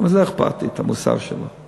למה זה אכפת לי, המוסר שלו?